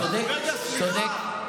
אל תכניסו אותם.